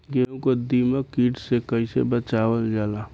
गेहूँ को दिमक किट से कइसे बचावल जाला?